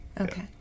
Okay